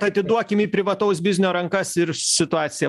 atiduokim į privataus biznio rankas ir situacija